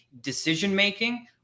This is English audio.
decision-making